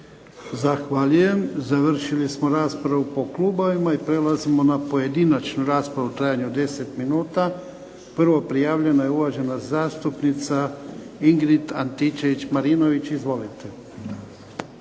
Zahvaljujem. Završili smo raspravu po klubovima i prelazimo na pojedinačnu raspravu u trajanju od 10 minuta. Prva prijavljena je uvažena zastupnica Ingrid Antičević-Marinović. Izvolite.